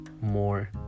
more